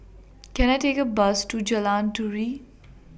Can I Take A Bus to Jalan Turi